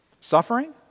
Suffering